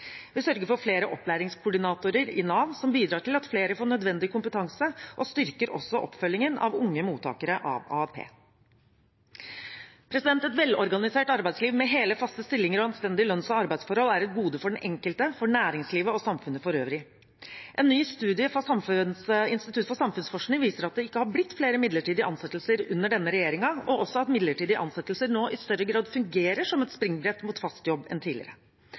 Vi sørger for flere opplæringskoordinatorer i Nav, som bidrar til at flere får nødvendig kompetanse, og styrker også oppfølgingen av unge mottakere av AAP. Et velorganisert arbeidsliv med hele faste stillinger og anstendige lønns- og arbeidsforhold er et gode for den enkelte, for næringslivet og for samfunnet for øvrig. En ny studie fra Institutt for samfunnsforskning viser at det ikke har blitt flere midlertidige ansettelser under denne regjeringen, og også at midlertidige ansettelser nå i større grad fungerer som et springbrett til fast jobb enn tidligere.